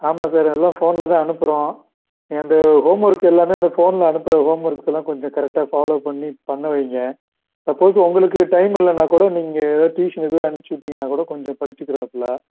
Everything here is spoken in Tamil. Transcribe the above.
ஆமாம் சார் எல்லாம் ஃபோனில் சார் அனுப்புகிறோம் நீங்கள் அந்த ஹோம் ஒர்க்கு எல்லாமே அந்த ஃபோனில் அனுப்புகிற ஹோம் ஒர்க்ஸ் எல்லாம் கொஞ்சம் கரெக்டாக ஃபாலோவ் பண்ணி பண்ண வைங்க சப்போஸ் உங்களுக்கு டைம் இல்லைன்னா கூட நீங்கள் ஏதா டியூசன் எதுவும் அனுப்பிச்சிவிட்டீங்கனா கூட கொஞ்சம் படிச்சிக்கிருவாப்ல